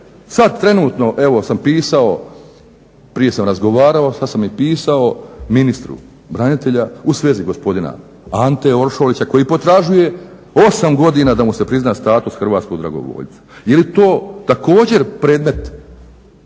sad trenutno sam pisao, prije sam razgovarao, sad sam i pisao ministru branitelja u svezi gospodina Ante Oršolića koji potražuje osam godina da mu se prizna status hrvatskog dragovoljca. Je li to također predmet